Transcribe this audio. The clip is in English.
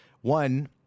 One